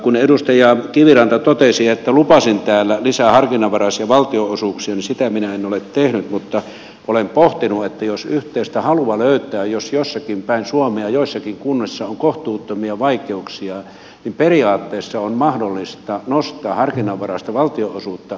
kun edustaja kiviranta totesi että lupasin täällä lisää harkinnanvaraisia valtionosuuksia niin sitä minä en ole tehnyt mutta olen pohtinut että jos yhteistä halua löytyy jos jossakin päin suomea joissakin kunnissa on kohtuuttomia vaikeuksia niin periaatteessa on mahdollista nostaa harkinnanvaraista valtionosuutta